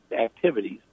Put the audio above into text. activities